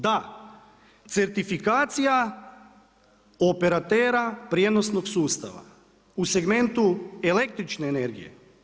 Da, certifikacija operatera prijenosnog sustava u segmentu električne energije.